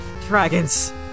dragons